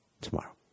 tomorrow